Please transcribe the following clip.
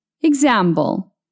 Example